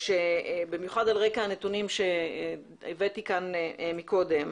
שבמיוחד על רקע הנתונים שהבאתי כאן מקודם,